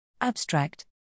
Abstract